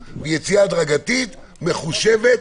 מחושבת,